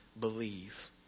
believe